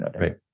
right